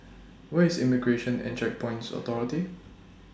Where IS Immigration and Checkpoints Authority